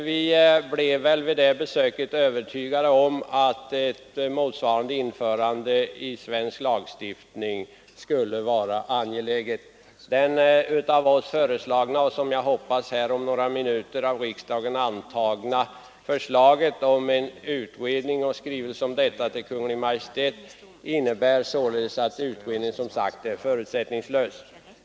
Vi blev vid besöket i Danmark övertygade om att det vore angeläget att införa en motsvarande svensk lagstiftning. Det av oss framlagda — och som jag hoppas här om några minuter av riksdagen antagna — förslaget innebär att riksdagen hos Kungl. Maj:t skall begära en förutsättningslös utredning.